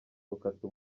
gukata